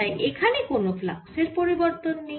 তাই এখানে কোন ফ্লাক্সের পরিবর্তন নেই